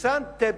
מבצע אנטבה,